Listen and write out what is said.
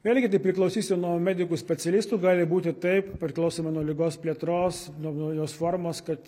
vėlgi tai priklausys ir nuo medikų specialistų gali būti taip priklausomai nuo ligos plėtros nuo naujos formos kad